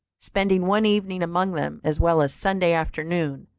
spending one evening among them, as well as sunday afternoon,